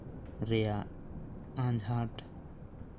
ᱨᱮᱭᱟᱜ ᱟᱡᱷᱟᱴ